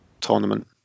tournament